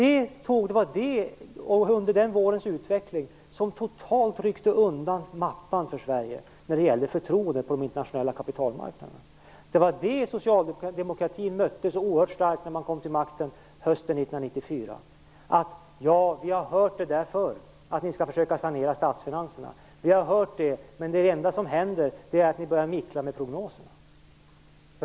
Utvecklingen under den våren ryckte totalt undan mattan för Sverige när det gäller förtroende på den internationella kapitalmarknaden. När socialdemokraterna kom till makten hösten 1994 möttes vi av oerhört starka tvivel: Ja, vi har hört förr att man skall försöka att sanera statsfinanserna, men det enda som händer är att ni börjar att "mixtra" med prognoserna.